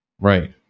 right